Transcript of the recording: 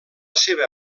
seva